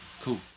Cool